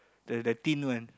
the the thin one